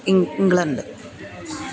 England